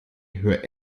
hör